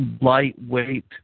lightweight